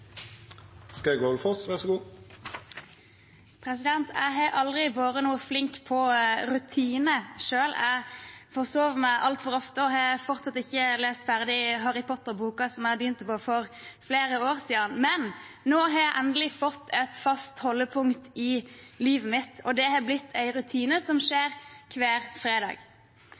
har fortsatt ikke lest ferdig Harry Potter-boken som jeg begynte på for flere år siden. Men nå har jeg endelig fått et fast holdepunkt i livet mitt, og det har blitt en rutine som skjer hver fredag.